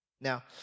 Now